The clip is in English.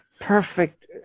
perfect